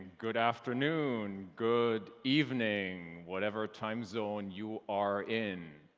good afternoon, good evening, whatever time zone you are in.